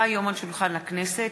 כי הונחה היום על שולחן הכנסת,